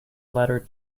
letter